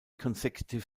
consecutive